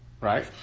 right